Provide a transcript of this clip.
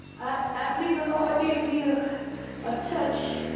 i believe the lord gave me a ah touch